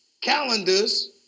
calendars